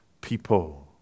people